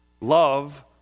Love